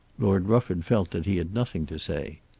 lord rufford felt that he had nothing to say.